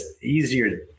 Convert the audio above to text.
easier